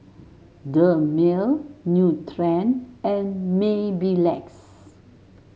Dermale Nutren and Mepilex